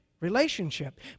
relationship